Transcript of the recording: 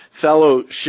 fellowship